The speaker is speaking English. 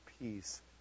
peace